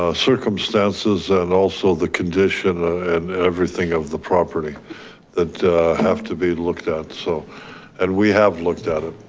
ah circumstances and also the condition and everything of the property that have to be looked at so and we have looked at it.